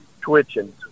twitching